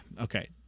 okay